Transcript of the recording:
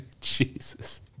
Jesus